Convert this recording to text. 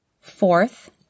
Fourth